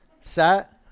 Set